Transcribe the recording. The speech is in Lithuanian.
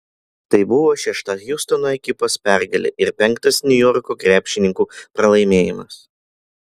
tai buvo šešta hjustono ekipos pergalė ir penktas niujorko krepšininkų pralaimėjimas